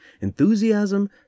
enthusiasm